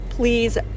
please